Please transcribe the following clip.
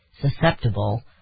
susceptible